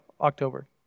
October